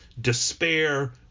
despair